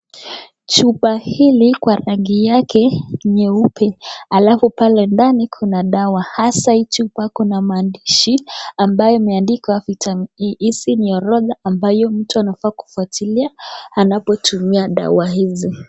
Chupa hili kwa rangi yake nyeupe alafu pale ndani kuna dawa. Hasa hii chupa kuna maandishi ambayo imeandikwa vitamin D izi ni orodha ambayo mtu anafaa kufuatilia anapo tumia dawa hizi.